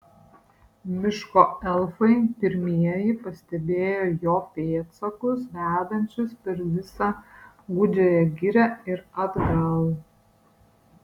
miško elfai pirmieji pastebėjo jo pėdsakus vedančius per visą gūdžiąją girią ir atgal